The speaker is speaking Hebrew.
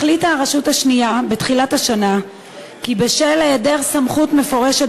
החליטה הרשות השנייה בתחילת השנה כי בשל היעדר סמכות מפורשת